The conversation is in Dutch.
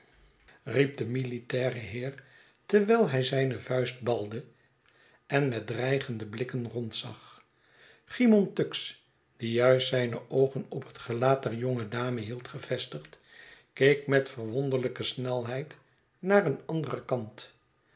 de militaire heer terwijl hij zijne vuist balde en met dreigende blikken rondzag cymon tuggs die juist zijne oogen op het gelaat der jonge dame hield gevestigd keek met verwonderlijke snelheid naar een anderenkant